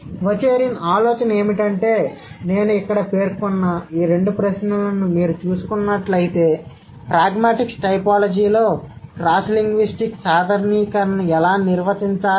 కాబట్టి వాచెరిన్ ఆలోచన ఏమిటంటే నేను ఇక్కడ పేర్కొన్న ఈ రెండు ప్రశ్నలను మీరు చూసుకున్నట్లయితే ప్రాగ్మాటిక్స్ టైపోలాజీలో క్రాస్లింగ్విస్టిక్ సాధారణీకరణను ఎలా నిర్వచించాలి